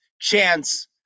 chance